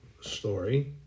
story